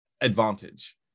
advantage